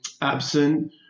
absent